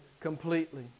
completely